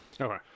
Okay